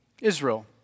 Israel